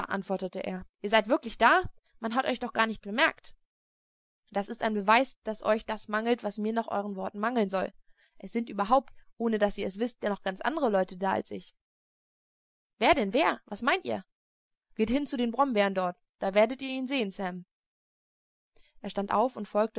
antwortete er ihr seid wirklich da man hat euch doch gar nicht bemerkt das ist ein beweis daß euch das mangelt was mir nach euern worten mangeln soll es sind überhaupt ohne daß ihr es wißt noch ganz andere leute da als ich wer denn wer wen meint ihr geht hin zu den brombeeren dort da werdet ihr ihn sehen sam er stand auf und folgte